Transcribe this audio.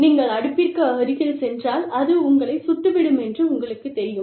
நீங்கள் அடுப்புக்கு அருகில் சென்றால் அது உங்களைச் சுட்டுவிடும் என்று உங்களுக்குத் தெரியும்